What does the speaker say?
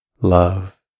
love